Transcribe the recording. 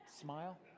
smile